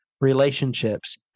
relationships